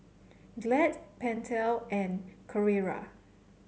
Glad Pentel and Carrera